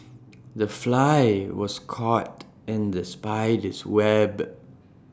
the fly was caught in the spider's web